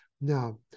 Now